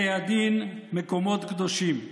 בתי הדין, מקומות קדושים,